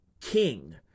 king